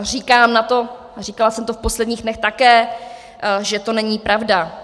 Říkám na to říkala jsem to v posledních dnech také že to není pravda.